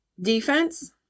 defense